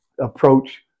approach